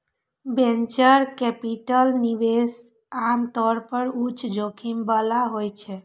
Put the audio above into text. venture capital निवेश आम तौर पर उच्च जोखिम बला होइ छै